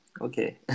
okay